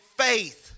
faith